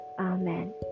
Amen